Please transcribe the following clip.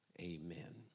Amen